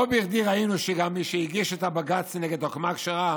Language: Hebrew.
לא בכדי ראינו שגם מי שהגיש את הבג"ץ נגד הקומה הכשרה